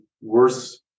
worse